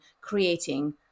creating